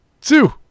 two